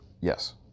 Yes